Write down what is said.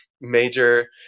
major